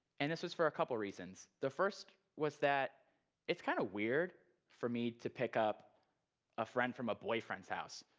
and this was for a couple of reasons. the first was that it's kind of weird for me to pick up a friend from a boyfriend's house.